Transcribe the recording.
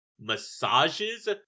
massages